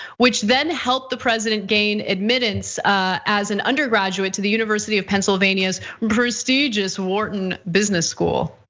which then helped the president gain admittance as an undergraduate to the university of pennsylvania's prestigious wharton business school.